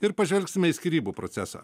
ir pažvelgsime į skyrybų procesą